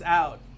out